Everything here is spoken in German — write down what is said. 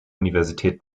universität